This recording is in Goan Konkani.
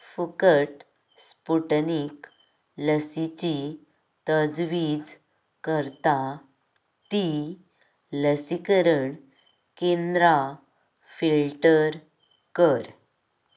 फुकट स्पुटनीक लसिची तजवीज करता तीं लसीकरण केंद्रां फिल्टर कर